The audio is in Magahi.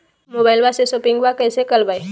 मोबाइलबा से शोपिंग्बा कैसे करबै?